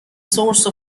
source